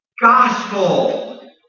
Gospel